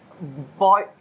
Boy